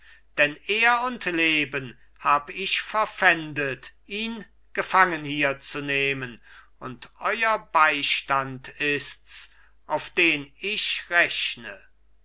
denn ehr und leben hab ich verpfändet ihn gefangen hier zu nehmen und euer beistand ists auf den ich rechne